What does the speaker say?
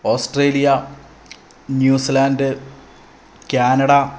Australia New Zealand Canada